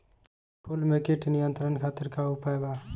फूल में कीट नियंत्रण खातिर का उपाय बा?